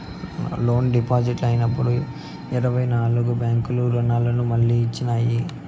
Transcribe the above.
loan default అయినప్పుడు ఇరవై నాల్గు బ్యాంకులు రుణాన్ని మళ్లీ ఇచ్చినాయి